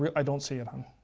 i don't see it, hun.